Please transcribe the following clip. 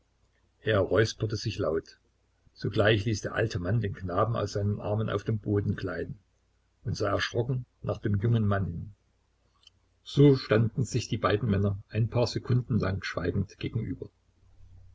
er räusperte sich laut sogleich ließ der alte mann den knaben aus seinen armen auf den boden gleiten und sah erschrocken nach dem jungen mann hin so standen sich die beiden männer ein paar sekunden lang schweigend gegenüber